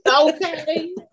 Okay